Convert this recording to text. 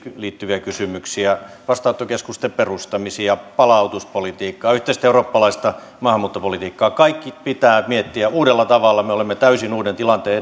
liittyviä kysymyksiä vastaanottokeskusten perustamisia palautuspolitiikkaa yhteistä eurooppalaista maahanmuuttopolitiikkaa kaikki pitää miettiä uudella tavalla me olemme täysin uuden tilanteen